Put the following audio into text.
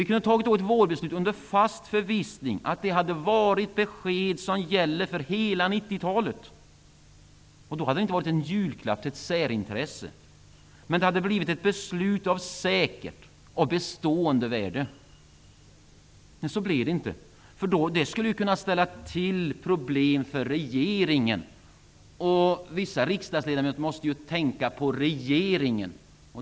Vi hade alltså kunnat fatta beslut till våren fast förvissade om att vi därmed har besked som gäller för hela 90-talet. Då hade det inte varit en julklapp till ett särintresse. Däremot hade det blivit ett beslut av säkert och bestående värde. Så blev det dock inte -- det hade ju kunnat ställa till med problem för regeringen. Vissa riksdagsledamöter måste tänka på regeringen.